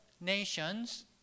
nations